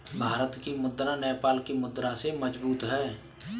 भारत की मुद्रा नेपाल की मुद्रा से मजबूत है